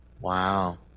Wow